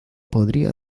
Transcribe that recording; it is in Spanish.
podría